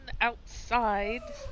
outside